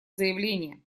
заявление